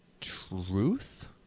truth